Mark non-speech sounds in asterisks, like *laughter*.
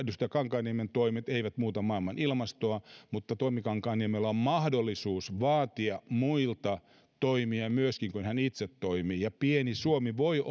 *unintelligible* edustaja toimi kankaanniemen toimet eivät muuta maailman ilmastoa mutta toimi kankaanniemellä on mahdollisuus vaatia muilta toimia myöskin kun hän itse toimii ja pieni suomi voi *unintelligible*